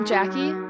Jackie